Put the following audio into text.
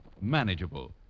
manageable